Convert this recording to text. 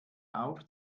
auf